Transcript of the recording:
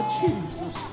jesus